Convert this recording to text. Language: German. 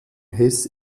hess